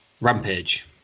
Rampage